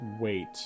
wait